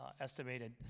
estimated